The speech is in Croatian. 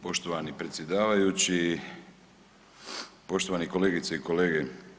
Poštovani predsjedavajući, poštovane kolegice i kolege.